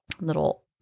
little